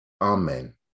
Amen